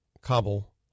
Kabul